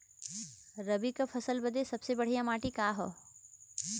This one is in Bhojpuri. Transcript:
रबी क फसल बदे सबसे बढ़िया माटी का ह?